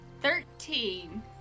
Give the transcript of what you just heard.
Thirteen